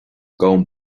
gabhaim